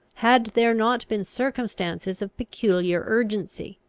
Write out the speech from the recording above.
had there not been circumstances of peculiar urgency,